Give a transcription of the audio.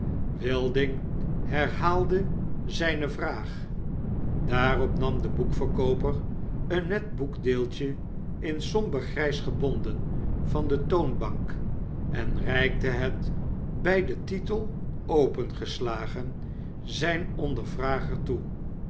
wilding herhaalde zyne vraag daarop nam de boekverkooper eennetboekdeeltje in somber grgs gebonden van de toonbank en reikte het bij den titel opengeslagen zjjn ondervrager toe